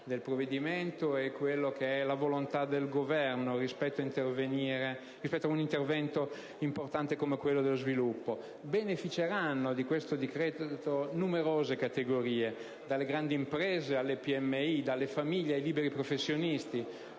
del provvedimento e la volontà del Governo rispetto ad un intervento importante come quello dello sviluppo. Beneficeranno di questo decreto numerose categorie: dalle grandi alle piccole e medie imprese, dalle famiglie ai liberi professionisti,